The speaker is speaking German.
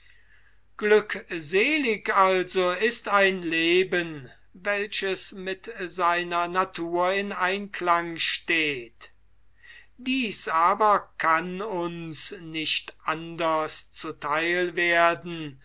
glückselig also ist ein leben welches mit seiner natur in einklang steht dies aber kann uns nicht anders zu theil werden